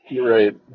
Right